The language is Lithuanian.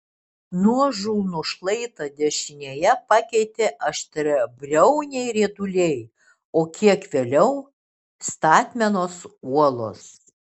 nuožulnų šlaitą dešinėje pakeitė aštriabriauniai rieduliai o kiek vėliau statmenos uolos